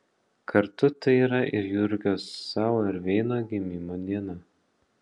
kartu tai yra ir jurgio zauerveino gimimo diena